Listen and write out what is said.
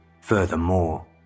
Furthermore